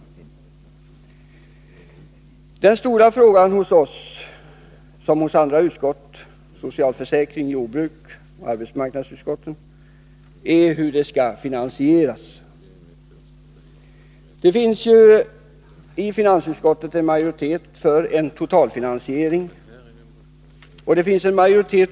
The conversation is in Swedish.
Den stora frågan i socialutskottet liksom i socialförsäkringsutskottet, jordbruksutskottet och arbetsmarknadsutskottet gäller finansieringen. I finansutskottet finns majoritet för en totalfinansiering.